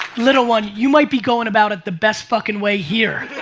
little one, you might be going about it the best fuckin' way here.